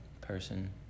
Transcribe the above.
person